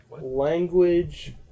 Language